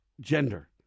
gender